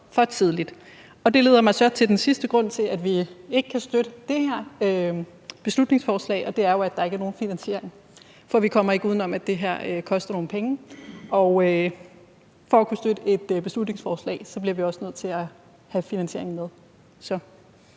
for tidligt. Det leder mig så til den sidste grund til, at vi ikke kan støtte det her beslutningsforslag, og det er jo, at der ikke er nogen finansiering. Vi kommer ikke udenom, at det her koster nogle penge, og for at kunne støtte et beslutningsforslag bliver vi også nødt til at have finansieringen med. Det